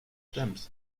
dimes